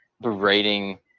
berating